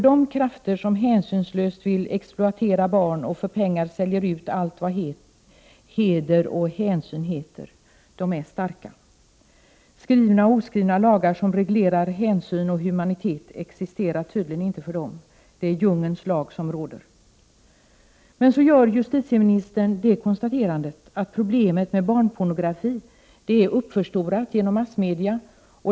De krafter | som hänsynslöst vill exploatera barn och för pengar sälja ut all heder och hänsyn är starka. Skrivna och oskrivna lagar som reglerar hänsyn och humanitet existerar tydligen inte för dem. Det är djungelns lag som råder. | Justitieministern konstaterar att problemet med barnpornografi är upp 107 förstorat genom massmedia.